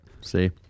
See